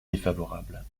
défavorable